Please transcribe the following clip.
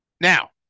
Now